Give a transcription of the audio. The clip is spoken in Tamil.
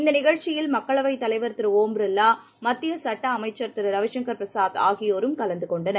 இந்தநிகழ்ச்சியில் மக்களவைத் தலைவர் திருஒம் பிர்லா மத்தியசுட்டஅமைச்சர் திருரவிசங்கள்பிரசாத் ஆகியோரும் கலந்துகொண்டனர்